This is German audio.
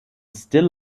still